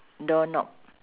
door knob